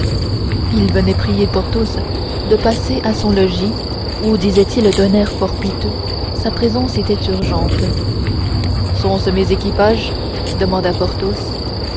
il venait prier porthos de passer à son logis où disait-il d'un air fort piteux sa présence était urgente sont-ce mes équipages demanda